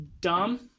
dumb